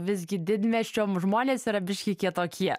visgi didmiesčio žmonės yra biškį kitokie